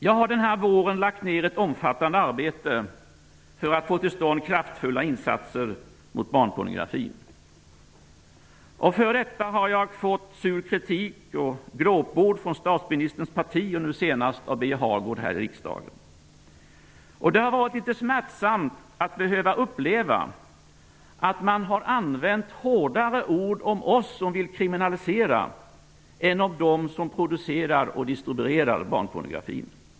Jag har denna vår lagt ned ett omfattande arbete för att få till stånd kraftfulla insatser mot barnpornografin. För detta har jag fått sur kritik och glåpord från statsministerns parti. Och det har varit litet smärtsamt att behöva uppleva att man använt hårdare ord om oss som vill kriminalisera än om dem som producerar och distribuerar barnpornografin.